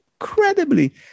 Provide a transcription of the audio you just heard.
incredibly